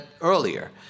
earlier